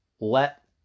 let